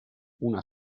una